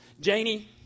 Janie